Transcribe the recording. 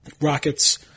Rockets